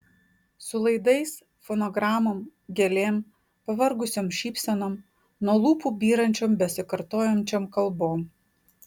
su laidais fonogramom gėlėm pavargusiom šypsenom nuo lūpų byrančiom besikartojančiom kalbom